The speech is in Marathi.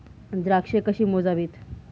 द्राक्षे कशी मोजावीत?